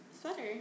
sweater